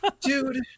dude